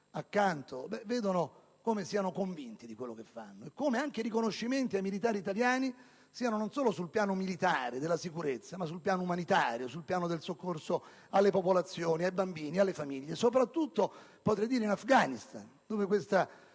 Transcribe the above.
accanto, vede come essi siano convinti di quello che fanno ed anche come i riconoscimenti ai militari italiani non riguardino solo il piano militare della sicurezza ma anche il piano umanitario, del soccorso alle popolazioni, ai bambini, alle famiglie, soprattutto - potrei dire - in Afghanistan, dove questa